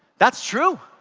that's true.